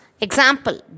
Example